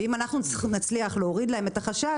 ואם נצליח להוריד להם את החשש,